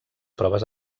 proves